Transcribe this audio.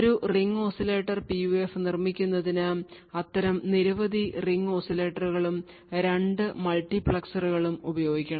ഒരു ring oscillator PUF നിർമ്മിക്കുന്നതിന് അത്തരം നിരവധി റിംഗ് ഓസിലേറ്ററുകളും 2 മൾട്ടിപ്ലക്സറുകളും ഉപയോഗിക്കണം